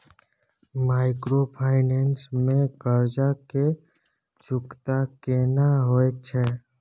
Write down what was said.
Microfinance में कर्ज के चुकता केना होयत छै?